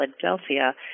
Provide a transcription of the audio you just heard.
Philadelphia